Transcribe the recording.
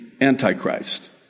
Antichrist